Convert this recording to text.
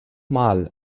mal